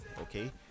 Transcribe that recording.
okay